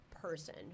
person